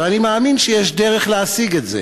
ואני מאמין שיש דרך להשיג את זה.